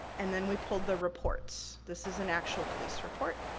and then we pulled the reports. this is an actual police report.